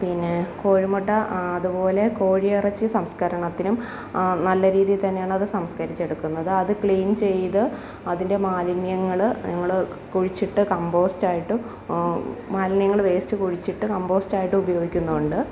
പിന്നെ കോഴിമുട്ട അതുപോലെ കോഴിയിറച്ചി സംസ്ക്കരണത്തിനും നല്ല രീതിയിൽ തന്നെയാണ് അതു സംസ്ക്കരിച്ചെടുക്കുന്നത് അതു ക്ലീന് ചെയ്ത് അതിന്റെ മാലിന്യങ്ങൾ ഞങ്ങൾ കുഴിച്ചിട്ട് കമ്പോസ്റ്റായിട്ടും മാലിന്യങ്ങൾ വേസ്റ്റ് കുഴിച്ചിട്ട് കമ്പോസ്റ്റായിട്ടും ഉപയോഗിക്കുന്നുണ്ട്